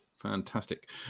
Fantastic